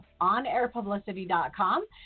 onairpublicity.com